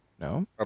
No